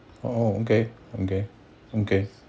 oh okay okay okay